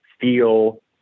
feel